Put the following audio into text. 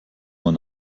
man